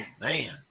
man